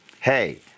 hey